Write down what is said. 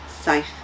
safe